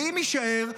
ואם יישאר,